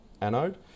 anode